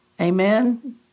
Amen